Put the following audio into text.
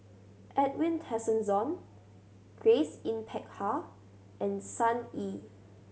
Edwin Tessensohn Grace Yin Peck Ha and Sun Yee